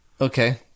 Okay